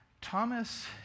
Thomas